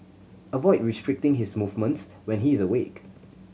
avoid restricting his movements when he is awake